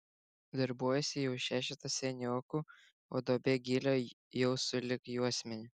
darbuojasi jau šešetas seniokų o duobė gylio jau sulig juosmeniu